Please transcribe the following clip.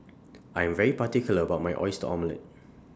I Am very particular about My Oyster Omelette